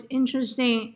interesting